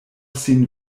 sin